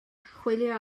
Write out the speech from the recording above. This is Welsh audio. chwilio